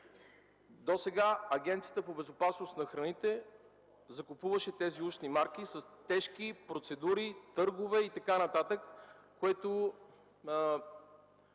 агенция по безопасност на храните закупуваше тези ушни марки с тежки процедури, търгове и така нататък, което